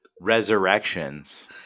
Resurrections